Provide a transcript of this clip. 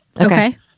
Okay